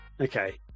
Okay